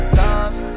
times